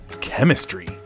chemistry